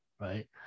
right